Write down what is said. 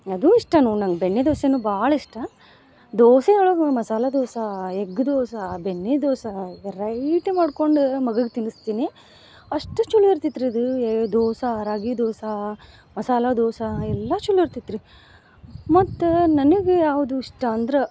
ಅದು ಇಷ್ಟ ನೋಡಿ ನಂಗೆ ಬೆಣ್ಣೆದೋಸೆನೂ ಭಾಳ ಇಷ್ಟ ದೋಸೆ ಒಳಗೆ ಮಸಾಲ ದೋಸೆ ಎಗ್ ದೋಸಾ ಬೆಣ್ಣೆ ದೋಸೆ ವೆರೈಟಿ ಮಾಡ್ಕೊಂಡು ಮಗಗೆ ತಿನ್ನಸ್ತೀನಿ ಅಷ್ಟು ಛಲೋ ಇರ್ತೈತ್ರಿ ಅದ ಏ ದೋಸೆ ರಾಗಿ ದೋಸೆ ಮಸಾಲ ದೋಸೆ ಎಲ್ಲ ಛಲೋ ಇರ್ತೈತ್ರಿ ಮತ್ತು ನನಗೆ ಯಾವುದು ಇಷ್ಟ ಅಂದ್ರೆ